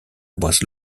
was